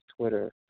Twitter